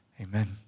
Amen